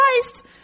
Christ